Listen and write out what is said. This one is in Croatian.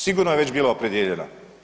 Sigurno je već bila opredijeljena.